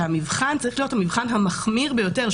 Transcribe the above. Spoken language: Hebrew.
שהמבחן צריך להיות המבחן המחמיר ביותר,